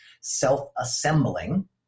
self-assembling